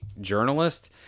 journalist